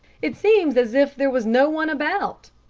it seems as if there was no one about,